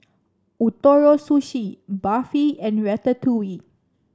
Ootoro Sushi Barfi and Ratatouille